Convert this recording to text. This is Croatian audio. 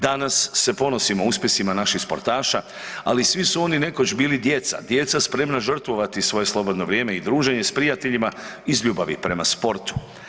Danas se ponosimo uspjesima naših sportaša ali svi su oni nekoć bila djeca, djeca spremna žrtvovati svoje slobodno vrijeme i druženje s prijateljima iz ljubavi prema sportu.